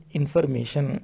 information